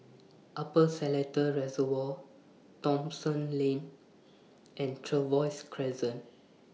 Upper Seletar Reservoir Thomson Lane and Trevose Crescent